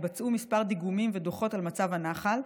התבצעו כמה דיגומים ודוחות על מצב הנחל,